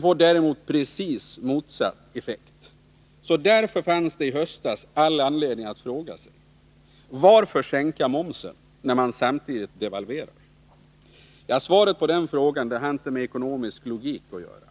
får däremot rakt motsatt effekt. Därför fanns det i höstas all anledning att fråga sig: Varför sänka momsen när man samtidigt devalverar? Svaret på den frågan hade inte med ekonomisk logik att göra.